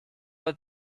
all